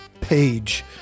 page